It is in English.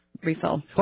refill